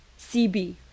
CB